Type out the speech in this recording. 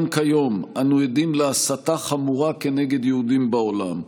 גם כיום אנו עדים להסתה חמורה נגד יהודים בעולם,